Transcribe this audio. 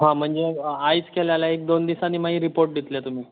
हा म्हणजे आयज केले जाल्यार एक दोन दिसांनी मागीर रिपोर्ट दितले तुमी